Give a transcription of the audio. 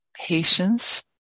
Patience